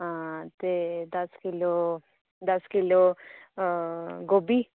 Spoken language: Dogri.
हां ते दस किलो दस किल्लो गोभी